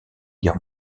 guerre